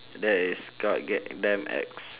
that is god g~ damn ex